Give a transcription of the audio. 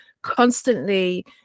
constantly